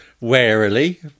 Warily